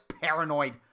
paranoid